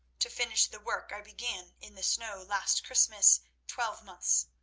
to finish the work i began in the snow last christmas twelvemonths.